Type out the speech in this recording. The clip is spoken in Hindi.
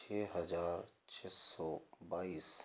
छः हज़ार छः सौ बाईस